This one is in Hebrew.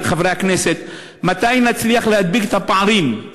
חברי הכנסת: מתי נצליח להדביק את הפערים?